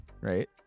right